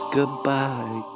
Goodbye